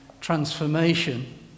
transformation